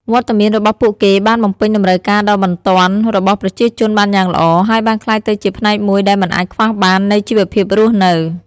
វត្តមានរបស់ពួកគេបានបំពេញតម្រូវការដ៏បន្ទាន់របស់ប្រជាជនបានយ៉ាងល្អ ហើយបានក្លាយទៅជាផ្នែកមួយដែលមិនអាចខ្វះបាននៃជីវភាពរស់នៅ។